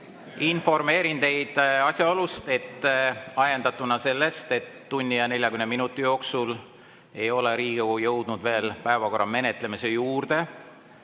Informeerin teid asjaolust, et ajendatuna sellest, et tunni ja 40 minuti jooksul ei ole Riigikogu jõudnud päevakorra menetlemise juurde,